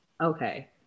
Okay